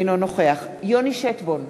אינו נוכח יוני שטבון,